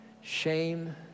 Shame